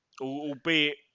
Albeit